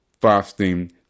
Fasting